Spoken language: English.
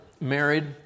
married